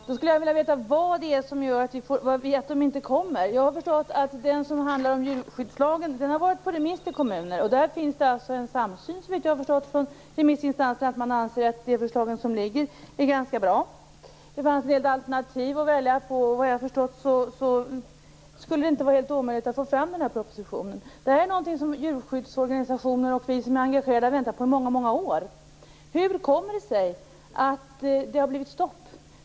Herr talman! Då skulle jag vilja veta vad det är som gör att de inte kommer. Jag har förstått att den proposition som handlar om djurskyddslagen har varit på remiss i kommuner. Det finns, såvitt jag har förstått, en samsyn bland remissinstanserna om att förslagen är ganska bra. Det fanns en del alternativ att välja på, och vad jag har förstått skulle det inte vara helt omöjligt att få fram den här propositionen. Det här är något som djurskyddsorganisationer och vi som är engagerade har väntat på i många år. Hur kommer det sig att det har blivit stopp?